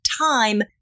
Time